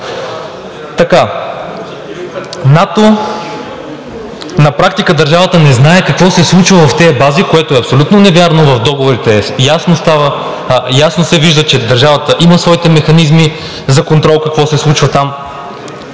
кажете? На практика държавата не знае какво се случва в тези бази, което е абсолютно невярно. В договорите ясно се вижда, че държавата има своите механизми за контрол какво се случва там.